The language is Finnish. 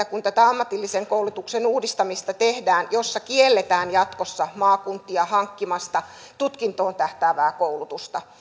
kun tehdään tätä ammatillisen koulutuksen uudistamista jossa kielletään jatkossa maakuntia hankkimasta tutkintoon tähtäävää koulutusta